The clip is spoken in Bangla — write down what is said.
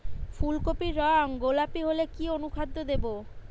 ফুল কপির রং গোলাপী হলে কি অনুখাদ্য দেবো?